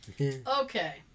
Okay